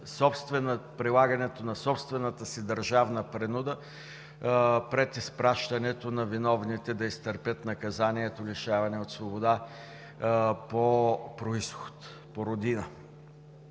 прилагането на собствената си държавна принуда пред изпращането на виновните да изтърпят наказанието лишаване от свобода по произход, по родина.